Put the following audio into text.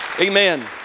Amen